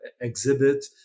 exhibit